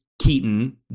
Keaton